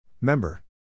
Member